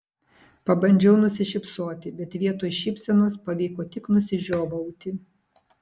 pabandžiau nusišypsoti bet vietoj šypsenos pavyko tik nusižiovauti